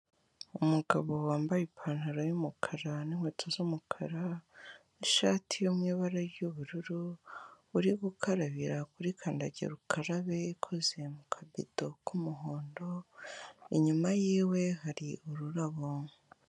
Umugabo wambaye ipantaro y'umukara n'inkweto z'umukara n'ishati yo mu ibara ry'ubururu uri gukarabira kuri kandagira ukarabe ikoze mu kabido k'umuhondo, inyuma yiwe hari ururabo.